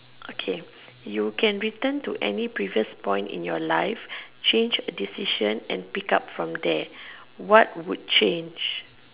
okay you can return to any previous point in your life change decision and pick up from there what would change